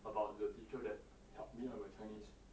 about the teacher that helped me in my chinese